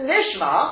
Nishma